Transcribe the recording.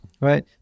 right